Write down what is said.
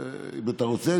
אם אתה רוצה,